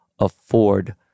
afford